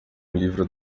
livro